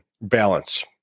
balance